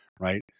Right